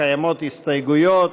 קיימות הסתייגויות,